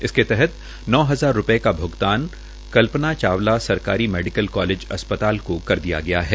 इसके तहत नौ हजार रूपये का भ्गतान कल्पना चावला सरकारी मेडिकल कालेज अस्पताल को कर दिया गया है